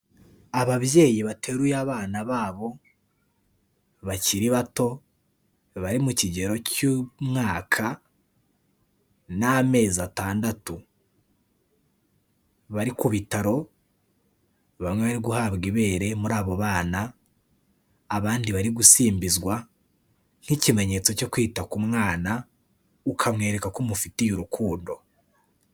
Ababyeyi bateruye abana babo bakiri bato, bari mu kigero cy'umwaka n'amezi atandatu, bari ku bitaro, bamwe bari guhabwa ibere muri abo bana, abandi bari gusimbizwa nk'ikimenyetso cyo kwita ku mwana, ukamwereka ko umufitiye urukundo.